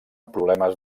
problemes